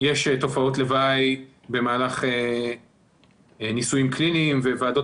שיש תופעות לוואי במהלך ניסויים קליניים ועדות